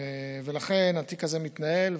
ולכן התיק הזה מתנהל,